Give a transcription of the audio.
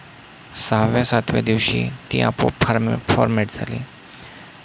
सहाव्या सातव्या दिवशी ती आपोआप फार्मे फॉर्मेट झाली